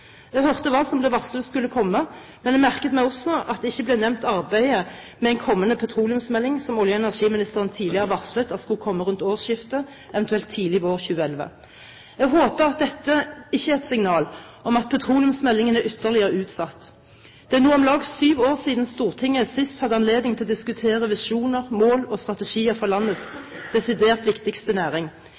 Jeg hørte hva som ble varslet skulle komme, men jeg merket meg også at det ikke ble nevnt arbeidet med en kommende petroleumsmelding, som olje- og energiministeren tidligere har varslet skulle komme rundt årsskiftet, eventuelt tidlig våren 2011. Jeg håper at dette ikke er et signal om at petroleumsmeldingen er ytterligere utsatt. Det er nå om lag sju år siden Stortinget sist hadde anledning til å diskutere visjoner, mål og strategier for landets desidert viktigste næring.